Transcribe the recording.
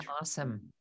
awesome